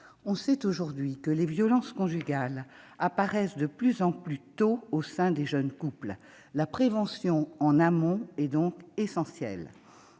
On sait aujourd'hui que les violences conjugales apparaissent de plus en plus tôt au sein des jeunes couples. La prévention en amont est donc essentielle.